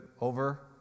over